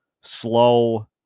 slow